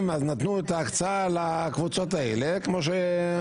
אז נתנו את ההקצאה לקבוצות האלה.